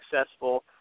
successful